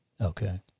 Okay